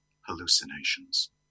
hallucinations